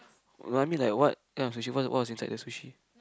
no I mean like what kind of sushi what what was inside the sushi